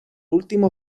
último